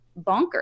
bonkers